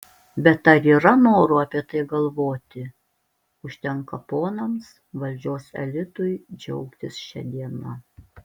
bet ar yra noro apie tai galvoti užtenka ponams valdžios elitui džiaugtis šia diena